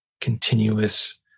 continuous